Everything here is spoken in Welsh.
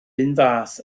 unfath